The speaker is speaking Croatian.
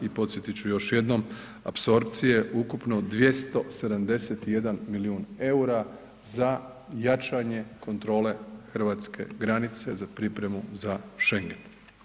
I podsjetit ću još jednom apsorpcije ukupno 271 milijun eura za jačanje kontrole hrvatske granice za pripremu za Schengen.